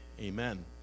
amen